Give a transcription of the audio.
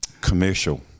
commercial